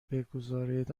بگذارید